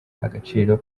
agaciro